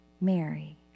Mary